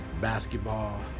basketball